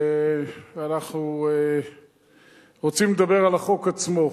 ואנחנו רוצים לדבר על החוק עצמו.